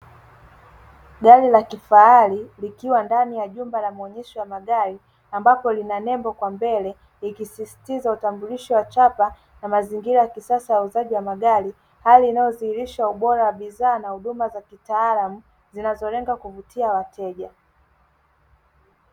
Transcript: Gari la kifahari likiwa ndani ya jumba la maonyesho ya magari ambapo lina nembo kwa mbele likisistiza utambulisho wa chapa na mazingira ya kisasa ya uuzaji wa magari. Hali inayodhihirisha ubora wa bidhaa na huduma za kitaalamu zinazolenga kuvutia wateja.